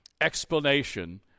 explanation